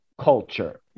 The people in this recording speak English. culture